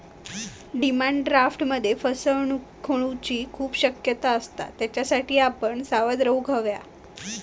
demand ड्राफ्टमध्ये फसवणूक होऊची खूप शक्यता असता, त्येच्यासाठी आपण सावध रेव्हूक हव्या